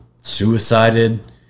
suicided